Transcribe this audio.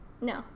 no